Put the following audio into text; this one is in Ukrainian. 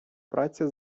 праці